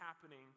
happening